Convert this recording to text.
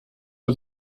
mal